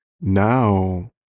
Now